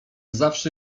zawsze